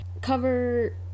cover